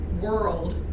world